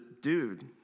dude